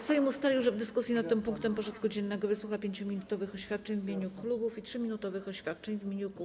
Sejm ustalił, że dyskusji nad tym punktem porządku dziennego wysłucha 5-minutowych oświadczeń w imieniu klubów i 3-minutowych oświadczeń w imieniu kół.